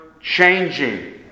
changing